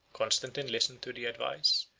constantine listened to the advice,